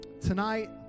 Tonight